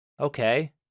Okay